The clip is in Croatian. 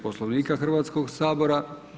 Poslovnika Hrvatskog sabora.